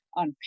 on